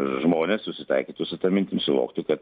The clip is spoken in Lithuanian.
žmonės susitaikytų su ta mintim suvoktų kad